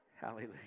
Hallelujah